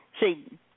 See